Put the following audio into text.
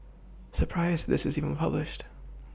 surprised this is even published